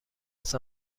است